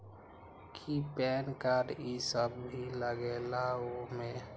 कि PAN card इ सब भी लगेगा वो में?